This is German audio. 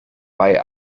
bei